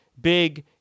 big